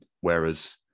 whereas